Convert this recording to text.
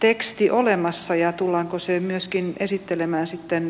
teksti olemassa ja tullaanko se myöskin käsittelemään siten